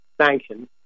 sanctions